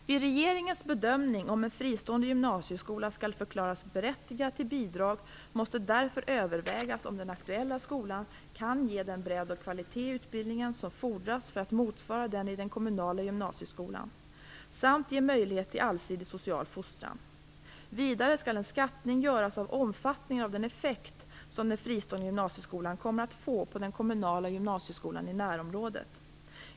Vid regeringens bedömning om en fristående gymnasieskola skall förklaras berättigad till bidrag måste därför övervägas om den aktuella skolan kan ge den bredd och kvalitet i utbildningen som fordras för att motsvara den i den kommunala gymnasieskolan samt ge möjlighet till allsidig social fostran. Vidare skall en skattning göras av omfattningen av den effekt som den fristående gymnasieskolan kommer att få på den kommunala gymnasieskolan i närområdet.